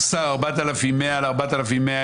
חוץ מזה אלמוג מאוד